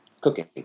cooking